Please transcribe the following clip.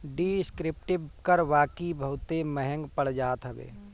descriptive कर बाकी बहुते महंग पड़ जात हवे